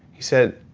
he said,